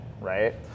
right